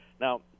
Now